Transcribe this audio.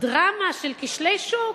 דרמה של כשלי שוק,